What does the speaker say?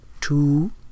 two